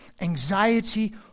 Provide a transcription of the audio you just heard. Anxiety